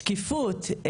שקיפות,